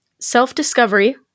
self-discovery